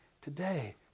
today